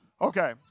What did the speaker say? Okay